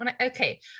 okay